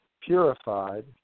purified